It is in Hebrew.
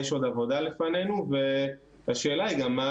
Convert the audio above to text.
יש עוד עבודה לפנינו והשאלה היא גם מה